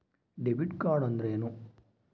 Debit card ಅಂದ್ರೇನು?